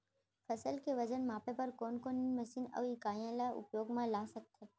फसल के वजन मापे बर कोन कोन मशीन अऊ इकाइयां ला उपयोग मा ला सकथन?